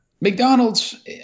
McDonald's